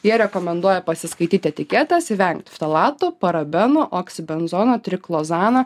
jie rekomenduoja pasiskaityti etiketas į vengti ftalatų parabeno oksibenzono triklozaną